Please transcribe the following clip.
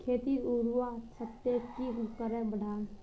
खेतीर उर्वरा शक्ति की करे बढ़ाम?